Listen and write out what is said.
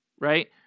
Right